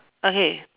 okay